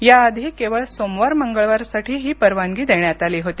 याआधी केवळ सोमवार मंगळवारसाठी ही परवानगी देण्यात आली होती